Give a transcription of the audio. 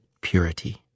purity